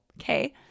Okay